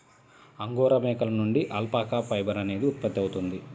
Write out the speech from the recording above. angora మేకల నుండి alpaca fibre అనేది ఉత్పత్తవుతుంది